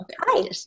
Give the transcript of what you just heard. hi